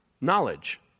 knowledge